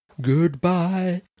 Goodbye